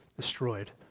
destroyed